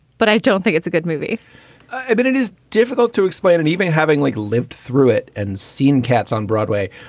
but i don't think it's a good movie i mean, it is difficult to explain and even having like lived through it and seen cats on broadway,